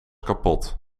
kapot